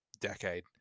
decade